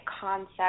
concept